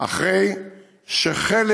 אחרי שחלק